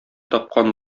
тапкан